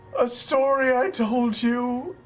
a story i told you.